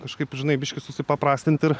kažkaip žinai biškį supaprastint ir